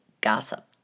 gossip